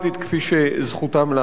כפי שזכותם לעשות.